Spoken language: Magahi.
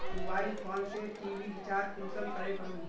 मोबाईल फोन से टी.वी रिचार्ज कुंसम करे करूम?